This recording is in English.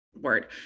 word